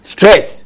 Stress